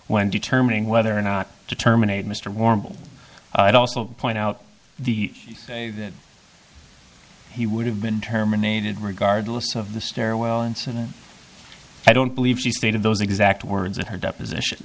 when determining whether or not to terminate mr warm i'd also point out the that he would have been terminated regardless of the stairwell incident i don't believe she stated those exact words in her deposition